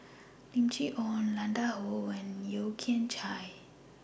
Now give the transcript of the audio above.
Lim Chee Onn Han Lao DA and Yeo Kian Chai